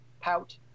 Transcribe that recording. pout